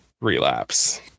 relapse